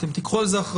אתם תיקחו על זה אחריות,